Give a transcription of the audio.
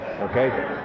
Okay